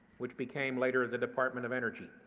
which became later the department of energy.